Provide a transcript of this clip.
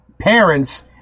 parents